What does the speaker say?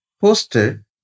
posted